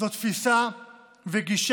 זו גישה ותפיסה פופוליסטית.